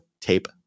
tape